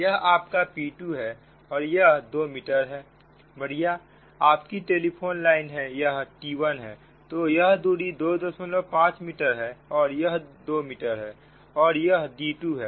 यह आपका P2 है यह आपका 2 मीटर है बढ़िया आपकी टेलीफोन लाइन है यह T1 है तो यह दूरी 25 मीटर और यह 2 मीटर है और यह d2 है